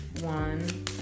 one